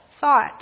thought